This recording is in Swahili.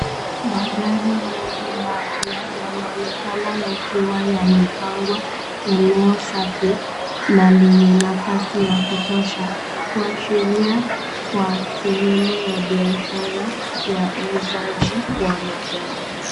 Magari mengi mapya, yanaonekana yakiwa yamepangwa eneo safi na lenye nafasi ya kutosha. Kuashiria kuwa sehemu ya biashara ya uuzaji wa magari.